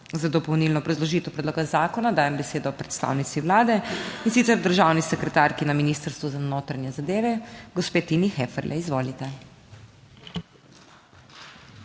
Za dopolnilno obrazložitev predloga zakona dajem besedo predstavnici Vlade, in sicer državni sekretarki na Ministrstvu za notranje zadeve, gospe Tini Heferle, izvolite.